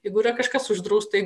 jeigu yra kažkas uždrausta